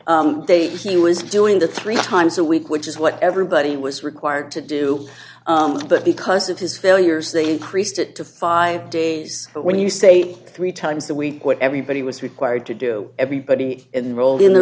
it they he was doing the three times a week which is what everybody was required to do but because of his failures they increased it to five days but when you say three times a week what everybody was required to do everybody in the role in the